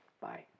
Bye